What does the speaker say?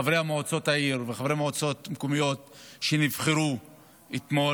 חברי מועצות העיר וחברי מועצות מקומיות שנבחרו אתמול.